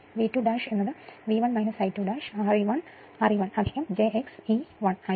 V2 എന്നത് V1 I2 R e 1 j X e 1 ആയിരിക്കും